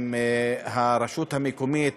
הרשות המקומית,